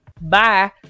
bye